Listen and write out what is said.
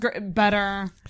better